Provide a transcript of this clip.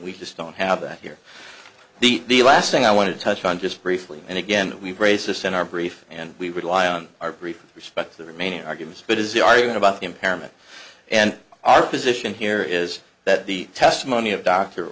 we just don't have that here the last thing i want to touch on just briefly and again we've raised this in our brief and we rely on our brief respect to the remaining arguments because the argument about impairment and our position here is that the testimony of d